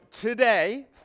today